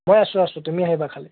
মই আছোঁ আছোঁ তুমি আহিবা খালী